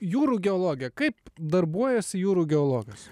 jūrų geologija kaip darbuojasi jūrų geologas